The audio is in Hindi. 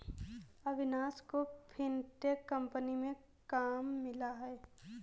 अविनाश को फिनटेक कंपनी में काम मिला है